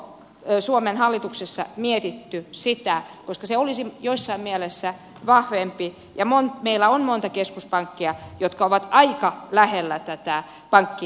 onko suomen hallituksessa mietitty sitä koska se olisi jossain mielessä vahvempi ja meillä on monta keskuspankkia jotka ovat aika lähellä tätä pankkivalvontaa